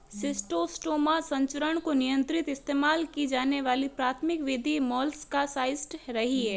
schistosoma संचरण को नियंत्रित इस्तेमाल की जाने वाली प्राथमिक विधि मोलस्कसाइड्स रही है